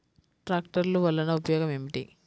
ట్రాక్టర్లు వల్లన ఉపయోగం ఏమిటీ?